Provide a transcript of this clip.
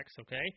Okay